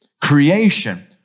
creation